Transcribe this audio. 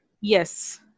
yes